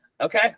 Okay